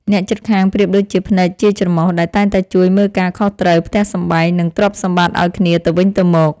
អ្នកជិតខាងប្រៀបដូចជាភ្នែកជាច្រមុះដែលតែងតែជួយមើលការខុសត្រូវផ្ទះសម្បែង និងទ្រព្យសម្បត្តិឱ្យគ្នាទៅវិញទៅមក។